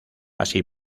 así